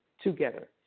together